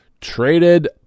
Traded